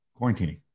quarantining